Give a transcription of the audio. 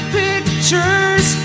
pictures